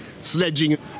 sledging